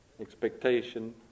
Expectation